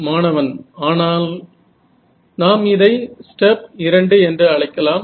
மாணவன் ஆனால் நாம் இதை ஸ்டெப் 2 என்று அழைக்கலாம்